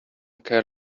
care